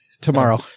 tomorrow